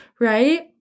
right